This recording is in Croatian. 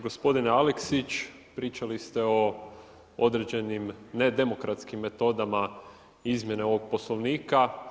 Gospodine Aleksić pričali ste o određenim nedemokratskim metodama izmjene ovog Poslovnika.